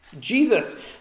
Jesus